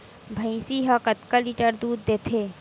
भंइसी हा कतका लीटर दूध देथे?